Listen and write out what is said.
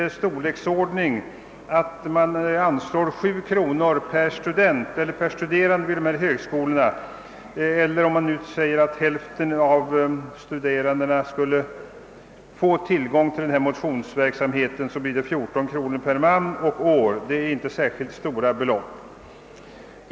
Anslagsökningen betyder att det anslås 7 kronor per studerande vid högskolorna eller 14 kronor per man och år om man utgår från att hälften av de studerande skall utnyttja motionstillfällena. Detta är ju inte något stort belopp.